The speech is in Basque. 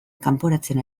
kanporatzen